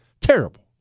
Terrible